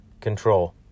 control